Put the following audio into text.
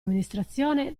amministrazione